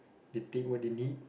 they take what they need